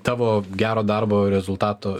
tavo gero darbo rezultato